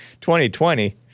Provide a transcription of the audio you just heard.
2020